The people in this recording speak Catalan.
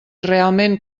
realment